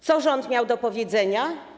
Co rząd miał do powiedzenia?